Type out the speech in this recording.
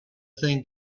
thing